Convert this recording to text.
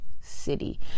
city